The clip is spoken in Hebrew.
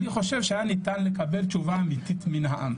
אני חושב שהיה ניתן לקבל תשובה אמיתי מן העם.